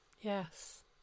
Yes